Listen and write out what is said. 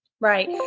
Right